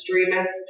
extremist